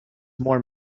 more